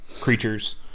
creatures